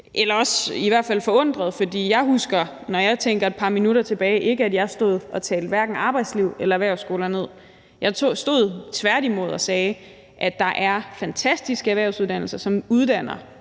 eller i hvert fald også forundret. For jeg husker, når jeg tænker et par minutter tilbage, ikke, at jeg stod og talte hverken arbejdsliv eller erhvervsskoler ned. Jeg stod tværtimod og sagde, at der er fantastiske erhvervsuddannelser, som uddanner